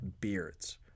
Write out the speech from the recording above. beards